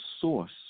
source